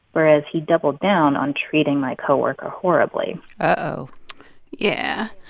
whereas he doubled down on treating my co-worker horribly uh-oh yeah.